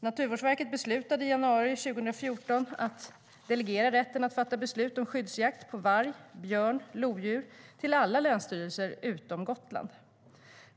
Naturvårdsverket beslutade i januari 2014 att delegera rätten att fatta beslut om skyddsjakt på varg, björn och lodjur till alla länsstyrelser utom på Gotland.